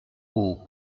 aux